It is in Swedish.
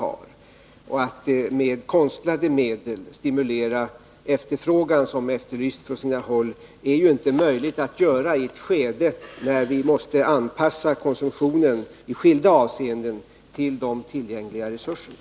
Att med konstlade medel stimulera efterfrågan, vilket efterlysts på sina håll, är ju inte möjligt i ett skede då vi i skilda avseenden måste anpassa konsumtionen till de tillgängliga resurserna.